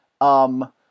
um-